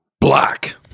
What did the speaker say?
Black